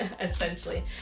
essentially